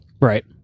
Right